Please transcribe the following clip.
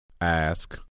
Ask